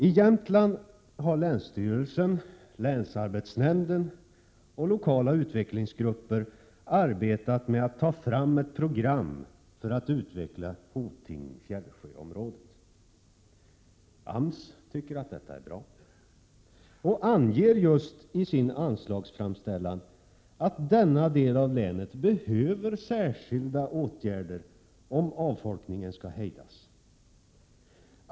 I Jämtland har länsstyrelsen, länsarbetsnämnden och lokala utvecklingsgruppen arbetat med att ta fram ett program för att utveckla Hoting-Fjällsjöområdet. AMS tycker att detta är bra och anger just i sin anslagsframställan att denna del av länet behöver särskilda åtgärder, om avfolkningen skall hejdas.